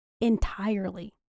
entirely